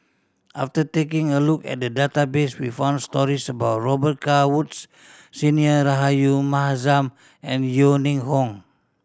after taking a look at the database we found stories about Robet Carr Woods Senior Rahayu Mahzam and Yeo Ning Hong